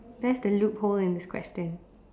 that's the loophole in this question